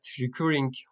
recurring